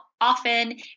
often